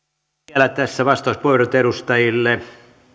vielä tässä vastauspuheenvuorot edustajille